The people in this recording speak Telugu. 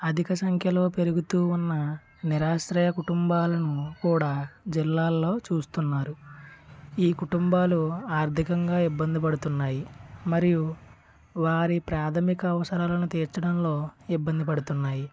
అధిక సంఖ్యలో పెరుగుతూ ఉన్న నిరాశ్రయ కుటుంబాలను కూడా జిల్లాలలో చూస్తున్నారు ఈ కుటుంబాలు ఆర్ధికంగా ఇబ్బంది పడుతున్నాయి మరియు వారి ప్రాధమిక అవసరాలను తీర్చడంలో ఇబ్బంది పడుతున్నాయి